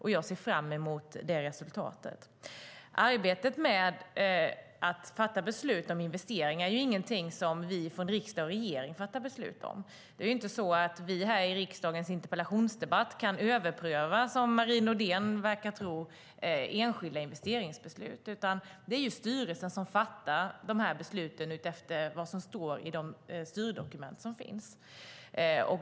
Jag ser fram emot detta resultat. Riksdag och regering fattar inte beslut om investeringar. I en interpellationsdebatt i riksdagen kan vi inte överpröva enskilda investeringsbeslut, vilket Marie Nordén verkar tro. Det är styrelsen som fattar dessa beslut utifrån vad som står i de styrdokument som finns.